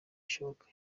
gishoboka